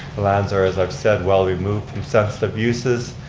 the lands are, as i said, well removed from sensitive uses.